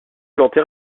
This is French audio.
plantes